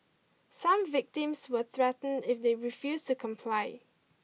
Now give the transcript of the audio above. some victims were threatened if they refused to comply